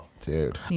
Dude